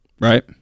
Right